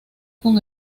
con